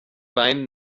wein